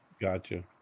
Gotcha